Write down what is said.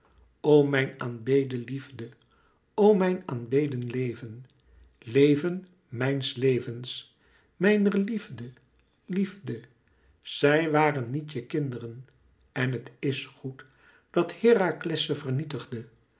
o mijn aanbeden liefde o mijn aanbeden leven leven mijns levens mijner liefde liefde zij wàren niet je kinderen en het is goéd dat herakles ze vernietigde